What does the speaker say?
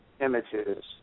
images